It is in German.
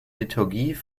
liturgie